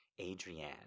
Adrienne